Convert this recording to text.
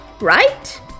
right